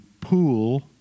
pool